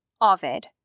Ovid